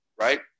right